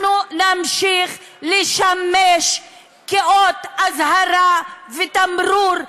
אנחנו נמשיך לשמש אות אזהרה ותמרור,